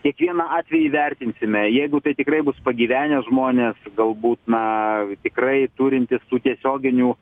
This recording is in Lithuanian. kiekvieną atvejį vertinsime jeigu tai tikrai bus pagyvenę žmonės galbūt na tikrai turintys tų tiesioginių